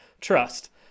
trust